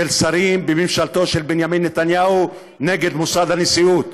של שרים בממשלתו של בנימין נתניהו נגד מוסד הנשיאות.